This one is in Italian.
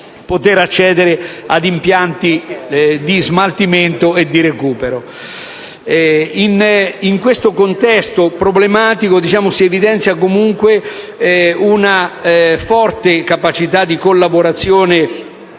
poter accedere ad impianti di smaltimento e di recupero. In questo contesto problematico si evidenzia comunque una forte capacità di collaborazione